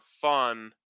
fun